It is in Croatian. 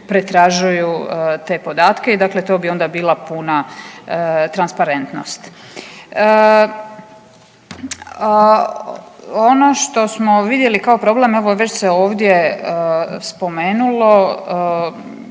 pretražuju te podatke. Dakle, to bi onda bila puna transparentnost. Ono što smo vidjeli kao problem evo već se ovdje spomenulo,